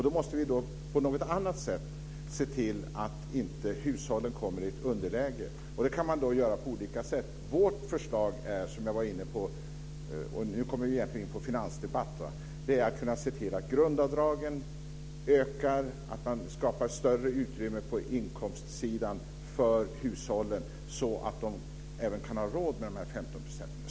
Då måste vi på något annat sätt se till att hushållen inte kommer i underläge, och det kan man göra på olika sätt. Vårt förslag är - och nu kommer jag egentligen in på en finansdebatt - att grundavdragen ska öka, att man ska skapa större utrymme på inkomstsidan för hushållen så att de kan ha råd med 15 %.